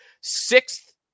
sixth